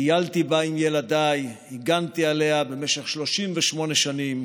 טיילתי בה עם ילדיי, הגנתי עליה במשך 38 שנים,